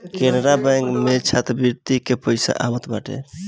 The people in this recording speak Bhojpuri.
केनरा बैंक में छात्रवृत्ति के पईसा आवत बाटे